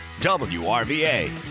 WRVA